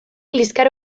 liskar